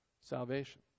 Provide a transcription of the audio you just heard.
salvation